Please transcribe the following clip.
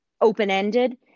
open-ended